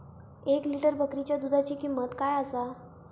एक लिटर बकरीच्या दुधाची किंमत काय आसा?